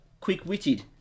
quick-witted